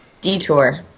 detour